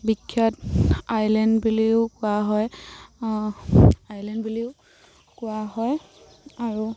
বিখ্যাত আইলেণ্ড বুলিও কোৱা হয় আইলেণ্ড বুলিও কোৱা হয় আৰু